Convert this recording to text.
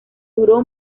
duró